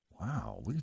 Wow